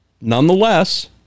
Nonetheless